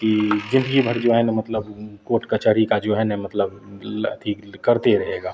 कि जिन्दगी भर जो है ना मतलब कोर्ट कचहरी का जो है ना मतलब ई अथी करते रहेगा